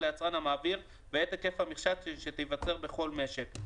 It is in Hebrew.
ליצרן המעביר ואת היקף המכסה שתיוצר בכל משק,